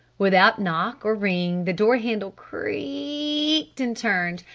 without knock or ring the door-handle creaked and turned,